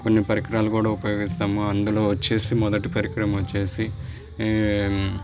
కొన్ని పరికరాలు కూడా ఉపయోగిస్తాము అందులో వచ్చి మొదటి పరికరం వచ్చి